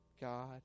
God